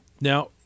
now